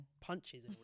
punches